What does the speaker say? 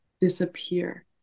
disappear